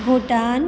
Bhutan